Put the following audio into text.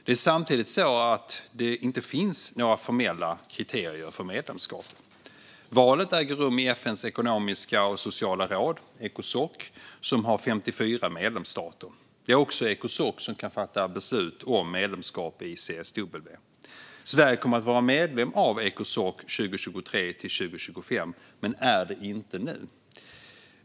Det är samtidigt så att det inte finns några formella kriterier för medlemskap. Valet äger rum i FN:s ekonomiska och sociala råd, Ecosoc, som har 54 medlemsstater. Det är också Ecosoc som kan fatta beslut om medlemskap i CSW. Sverige kommer att vara medlem av Ecosoc 2023 till 2025 men är det inte nu.